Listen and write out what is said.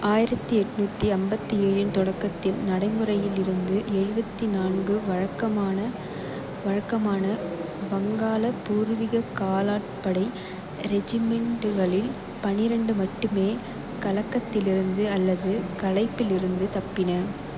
ஆயிரத்தி எண்நூத்தி ஐம்பத்தி ஏழின் தொடக்கத்தில் நடைமுறையில் இருந்து எழுபத்தி நான்கு வழக்கமான வழக்கமான வங்காள பூர்வீகக் காலாட்படை ரெஜிமெண்டுகளில் பன்னிரெண்டு மட்டுமே கலகத்திலிருந்து அல்லது கலைப்பில் இருந்து தப்பின